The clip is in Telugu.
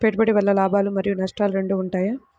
పెట్టుబడి వల్ల లాభాలు మరియు నష్టాలు రెండు ఉంటాయా?